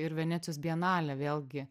ir venecijos bienalė vėlgi